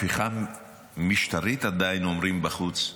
הפיכה משטרית עדיין, אומרים בחוץ.